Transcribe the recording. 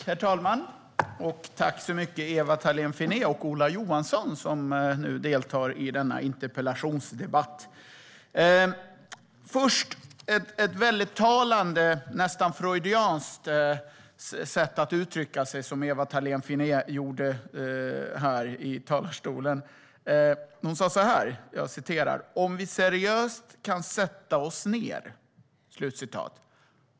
Herr talman! Jag tackar Ewa Thalén Finné och Ola Johansson som deltar i denna interpellationsdebatt. Ewa Thalén Finné använde ett mycket talande, nästan freudianskt, sätt att uttrycka sig här i talarstolen. Hon sa: Om vi seriöst kunde sätta oss ned.